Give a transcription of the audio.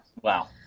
Wow